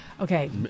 Okay